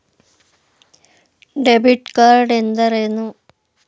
Debit card ಎಂದರೇನು?